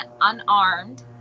unarmed